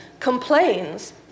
complains